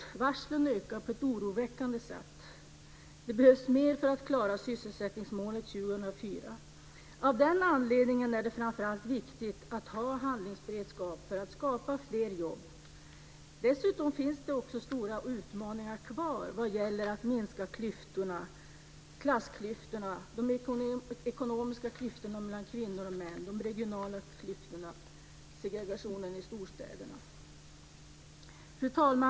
Antalet varsel ökar på ett oroväckande sätt. Det behövs mer för att klara sysselsättningsmålet 2004. Av den anledningen är det viktigt att ha handlingsberedskap för att man ska kunna skapa fler jobb. Det finns också stora utmaningar kvar när det gäller att minska klassklyftorna, de ekonomiska klyftorna mellan kvinnor och män, de regionala klyftorna och segregationen i storstäderna. Fru talman!